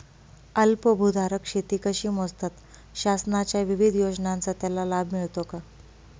अल्पभूधारक शेती कशी मोजतात? शासनाच्या विविध योजनांचा त्याला लाभ मिळतो का?